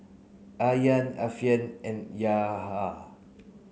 Aryan Alfian and Yahya